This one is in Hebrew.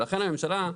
לכן הממשלה,